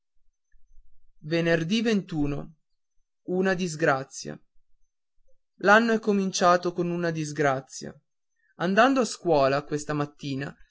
mio una disgrazia ì anno è cominciato con una disgrazia andando alla scuola questa mattina